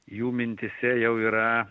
jų mintyse jau yra